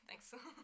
Thanks